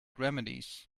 remedies